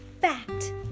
Fact